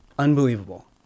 Unbelievable